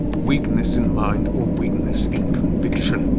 weakness in mind or weakness in conviction.